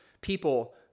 people